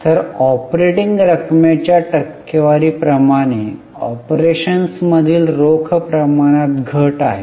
तर ऑपरेटिंग रकमेच्या टक्केवारी प्रमाणे ऑपरेशन्समधील रोख प्रमाणात घट आहे